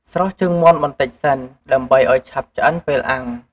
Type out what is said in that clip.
ស្រុះជើងមាន់បន្តិចសិន ដើម្បីឱ្យឆាប់ឆ្អិនពេលអាំង។